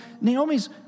Naomi's